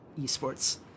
esports